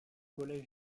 collège